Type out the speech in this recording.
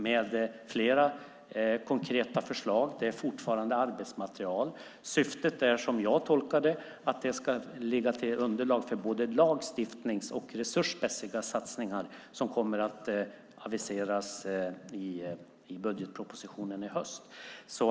Det är flera konkreta förslag, men det är fortfarande arbetsmaterial. Syftet är, som jag tolkar det, att det ska vara underlag för både lagstiftning och resursmässiga satsningar som kommer att aviseras i budgetpropositionen i höst.